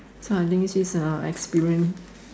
so I think this is a experience